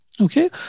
Okay